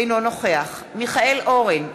אינו נוכח מיכאל אורן,